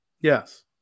Yes